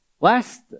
Last